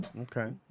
Okay